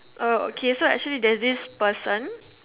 uh okay so actually there's this person